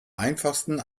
einfachsten